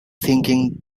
thinking